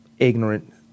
Ignorant